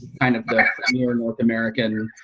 kind of the more north american